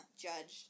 judged